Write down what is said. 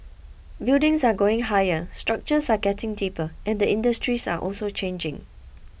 buildings are going higher structures are getting deeper and industries are also changing